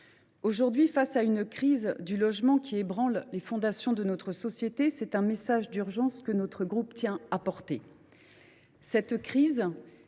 aujourd’hui, face à une crise du logement qui ébranle les fondations de notre société, c’est un message d’urgence que notre groupe tient à porter.